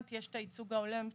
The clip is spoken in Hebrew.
ציינתי שיש ייצוג הולם,